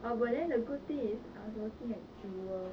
ah but then the good thing is I was working at jewel